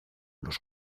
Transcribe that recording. los